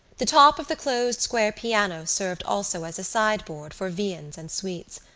the top of the closed square piano served also as a sideboard for viands and sweets.